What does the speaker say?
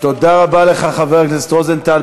תודה רבה לך, חבר הכנסת רוזנטל.